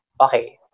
Okay